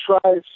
tries